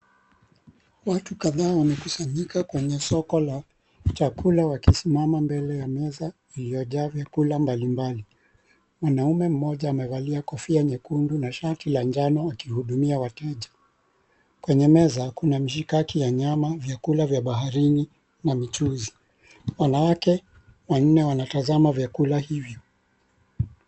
Watu kadhaa wamekusanyika kwenye soko la chakula wakisimama mbele ya meza iliyojaa vyakula mbalimbali. Mwan𝑎ume mmoja amevalia kofia nyekundu na shati la njano akihudumia wateja. Kwenye meza kuna mishikaki ya nyama, vyakula vya baharini na michuzi. Wanawake wanne wanatazama vyakula hivyo.